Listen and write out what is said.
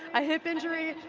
a hip injury,